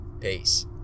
Peace